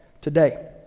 today